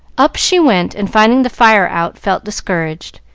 up she went, and finding the fire out felt discouraged,